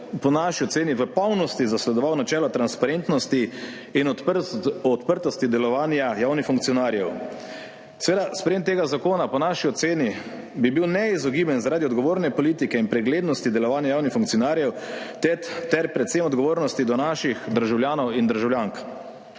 po naši oceni v polnosti zasledoval načelo transparentnosti in odprtosti delovanja javnih funkcionarjev. Sprejetje tega zakona bi bilo po naši oceni neizogibno zaradi odgovorne politike in preglednosti delovanja javnih funkcionarjev ter predvsem odgovornosti do naših državljanov in državljank.